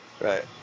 Right